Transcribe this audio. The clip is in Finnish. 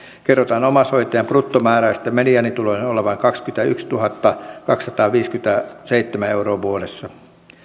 kerrotaan omaishoitajan bruttomääräisten mediaanitulojen olevan kaksikymmentätuhattakaksisataaviisikymmentäseitsemän euroa vuodessa